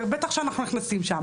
בטח שאנחנו נכנסים שם.